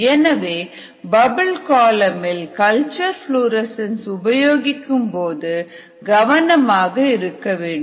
எனவே bubble column இல் culture fluorescence உபயோகிக்கும்போது கவனமாக இருக்க வேண்டும்